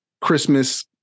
christmas